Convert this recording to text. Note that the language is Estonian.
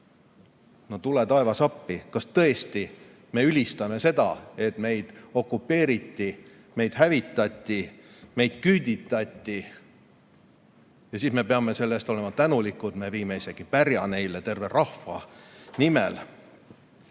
No tule taevas appi! Kas tõesti me ülistame seda, et meid okupeeriti, meid hävitati, meid küüditati? Ja me peame selle eest olema tänulikud, me viime isegi pärja neile terve rahva nimel. Samas